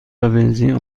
بنزین